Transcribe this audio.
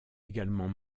également